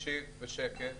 מקשיב בשקט,